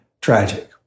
tragic